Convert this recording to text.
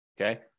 okay